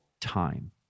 time